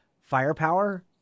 firepower